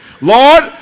Lord